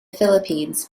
philippines